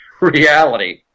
reality